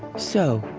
so,